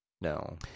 No